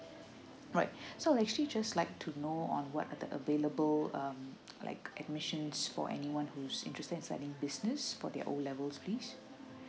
right so actually just like to know on what are the available um like admission for anyone who interest in studying business for the O levels please